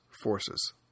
forces